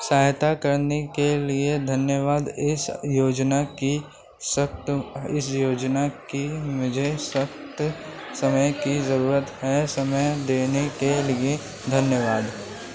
सहायता करने के लिए धन्यवाद इस योजना की सख्त इस योजना की मुझे सख्त समय की ज़रूरत है समय देने के लिए धन्यवाद